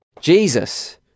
Jesus